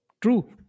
True